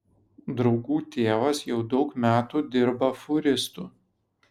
draugų tėvas jau daug metų dirba fūristu